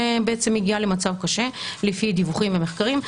שבעצם מגיעה למצב קשה לפי דיווחים ומחקרים.